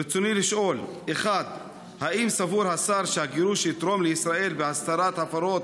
ברצוני לשאול: 1. האם סבור השר שהגירוש יתרום לישראל בהסתרת הפרות